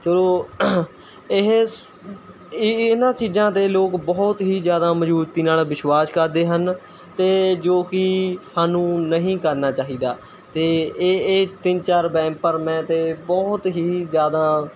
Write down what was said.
ਚਲੋ ਇਹ ਇਹਨਾਂ ਚੀਜ਼ਾਂ ਦੇ ਲੋਕ ਬਹੁਤ ਹੀ ਜਿਆਦਾ ਮਜਬੂਤੀ ਨਾਲ਼ ਵਿਸ਼ਵਾਸ ਕਰਦੇ ਹਨ ਅਤੇ ਜੋ ਕਿ ਸਾਨੂੰ ਨਹੀਂ ਕਰਨਾ ਚਾਹੀਦਾ ਅਤੇ ਇਹ ਇਹ ਤਿੰਨ ਚਾਰ ਵਹਿਮ ਭਰਮ ਹੈ ਅਤੇ ਬਹੁਤ ਹੀ ਜਿਆਦਾ